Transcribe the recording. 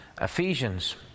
Ephesians